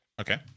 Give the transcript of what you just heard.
okay